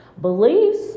Beliefs